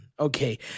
Okay